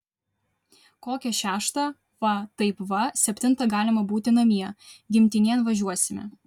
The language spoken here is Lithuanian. kokią šeštą va taip va septintą galima būti namie gimtinėn važiuosime